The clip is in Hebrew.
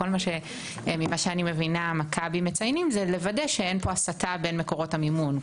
כל מה שמכבי מציינים היא לוודא שאין פה הסטה בין מקורות המימון.